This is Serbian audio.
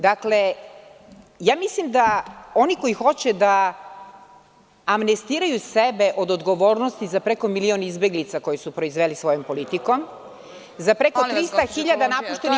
Dakle, mislim da oni koji hoće da amnestiraju sebe od odgovornosti za preko milion izbeglica koje su proizveli svojom politikom, za preko 300.000 napuštenih kuća